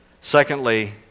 secondly